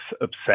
obsessed